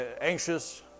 anxious